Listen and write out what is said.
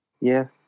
Yes